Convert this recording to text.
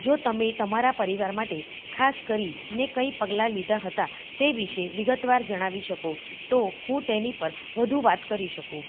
જો તમે તમારા પરિવાર માટે ખાસ કરીને કંઈ પગલા લીધા હતા તે વિશે વિગતવાર જણાવી શકો તો હું તેની પર વધુ વાત કરી શકું